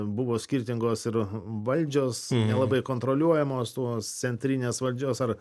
buvo skirtingos ir valdžios nelabai kontroliuojamos tos centrinės valdžios ar